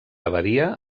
abadia